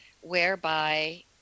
whereby